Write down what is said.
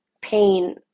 pain